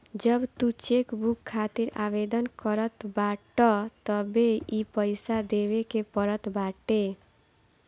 जब तू चेकबुक खातिर आवेदन करत बाटअ तबे इ पईसा देवे के पड़त बाटे